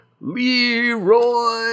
Leroy